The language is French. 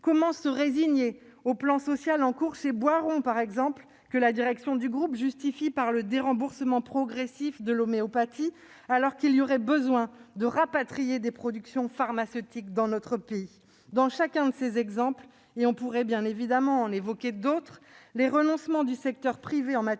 Comment se résigner au plan social en cours chez Boiron, que la direction du groupe justifie par le déremboursement progressif de l'homéopathie, alors qu'il y aurait besoin de rapatrier des productions pharmaceutiques dans notre pays ? Chacun de ces exemples- on pourrait en citer d'autres -montre que les renoncements du secteur privé en matière